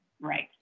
Right